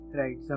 right